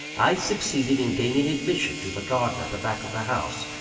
i succeeded in gaining admission to the garden at the back of the house,